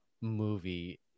movie